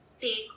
take